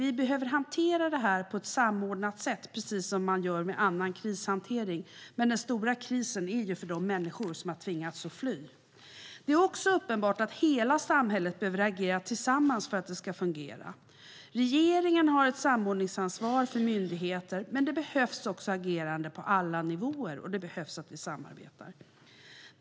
Vi behöver hantera det här på ett samordnat sätt, precis som vid annan krishantering, men den stora krisen är ju för de människor som har tvingats fly. Det är också uppenbart att hela samhället behöver agera tillsammans för att det ska fungera. Regeringen har ett samordningsansvar för myndigheter, men det behövs också att man agerar på alla nivåer och att vi samarbetar.